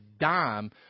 dime